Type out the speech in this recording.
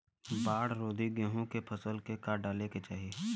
बाढ़ रोधी गेहूँ के फसल में का डाले के चाही?